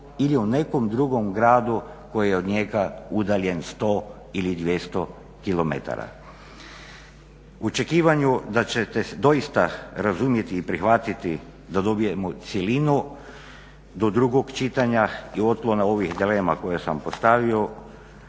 ili u nekom drugom gradu koji je od njega udaljen 100 ili 200 km. U očekivanju da ćete doista razumjeti i prihvatiti da dobijemo cjelinu do drugog čitanja i otklona ovih dilema koje sam postavio,